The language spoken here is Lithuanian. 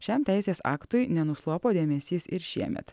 šiam teisės aktui nenuslopo dėmesys ir šiemet